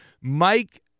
Mike